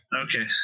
Okay